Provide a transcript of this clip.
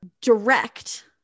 direct